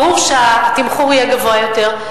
ברור שהתמחור יהיה גבוה יותר,